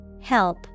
Help